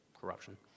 corruption